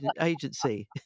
agency